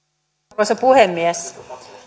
arvoisa puhemies